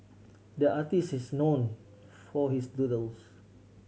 the artists is known for his doodles